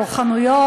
או חנויות,